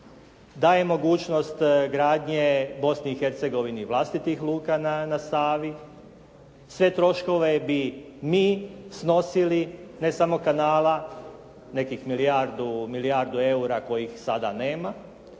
daje mogućnost gradnje Bosni i Hercegovini vlastitih luka na Slavi, sve troškove bi mi snosili ne samo kanala nekih milijardu eura kojih sada nema